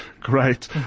great